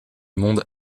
monde